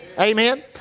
Amen